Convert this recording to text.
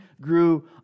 grew